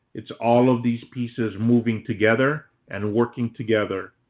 it's all of these pieces moving together and working together.